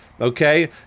Okay